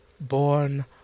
born